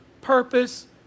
purpose